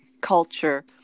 culture